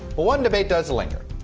one debate does linger,